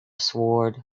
sword